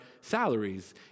salaries